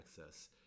access